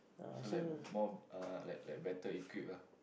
so like more uh like like better equipped ah